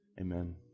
amen